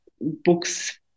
books